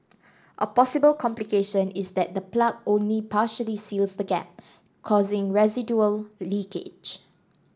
a possible complication is that the plug only partially seals the gap causing residual leakage